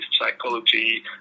psychology